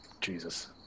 Jesus